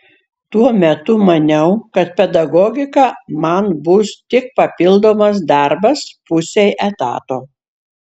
tuo metu maniau kad pedagogika man bus tik papildomas darbas pusei etato